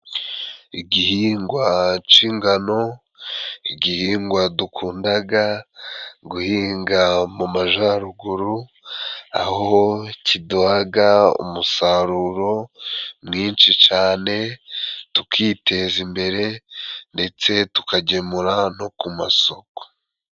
Igihingwa cy'ingano, igihingwa dukunda guhinga mu Majyaruguru, aho kiduha umusaruro mwinshi cyane tukiteza imbere, ndetse tukagemura no ku masoko.